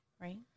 Right